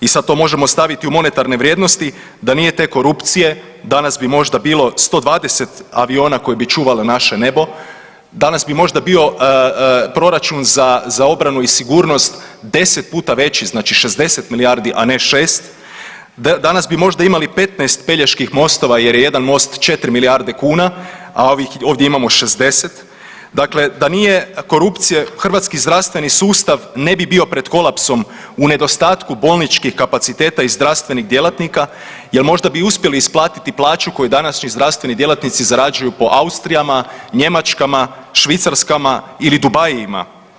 I sad to možemo staviti u monetarne vrijednosti da nije te korupcije, danas bi možda bilo 120 aviona koji bi čuvali naše nebo, danas bi možda bio proračun za obranu i sigurnost 10 puta veći, znači 60 milijardi a ne 6, danas bi možda imali 15 Peljeških mostova jer je jedan most 4 milijarde kuna, a ovdje imamo 60, dakle da nije korupcije hrvatski zdravstveni sustav ne bi bio pred kolapsom u nedostatku bolničkih kapaciteta i zdravstvenih djelatnika, jer možda bi uspjeli isplatiti plaću koju današnji zdravstveni djelatnici zarađuju po Austrijama, Njemačkama, Švicarskama ili Dubaiima.